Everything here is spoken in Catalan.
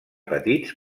petits